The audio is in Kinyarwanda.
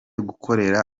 gukorera